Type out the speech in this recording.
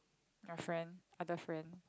your friend other friend